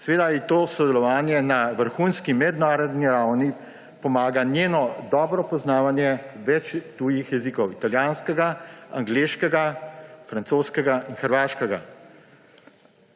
ji pri tem sodelovanju na vrhunski mednarodni ravni pomaga njeno dobro poznavanje več tujih jezikov: italijanskega, angleškega, francoskega in hrvaškega.